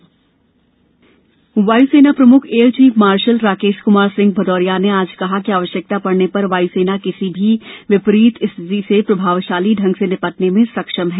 वायुसेना दिवस वायुसेना प्रमुख air chief marshal Rakesh Kumar Singh Bhadauria ने आज कहा कि आवश्यकता पड़ने पर वायुसेना किसी भी विपरीत स्थिति से प्रभावशाली ढंग से निपटने में सक्षम है